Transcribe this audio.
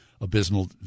abysmal